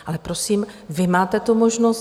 Ale prosím, vy máte tu možnost.